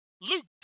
Luke